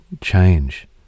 change